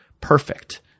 Perfect